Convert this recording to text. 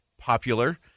popular